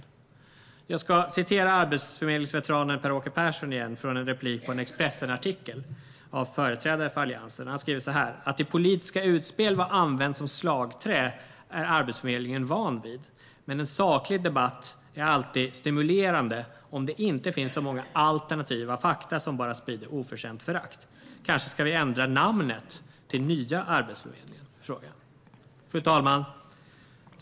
Låt mig igen citera arbetsförmedlingsveteranen Per-Åke Persson från en replik på en Expressenartikel skriven av företrädare för Alliansen: "Att i politiska utspel vara använd som slagträ är Arbetsförmedlingen van vid. Men en saklig debatt är alltid stimulerande om det inte finns så många alternativa fakta som bara sprider oförtjänt förakt. Kanske skall vi ändra namnet till 'Nya Arbetsförmedlingen'?" Fru talman!